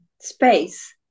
space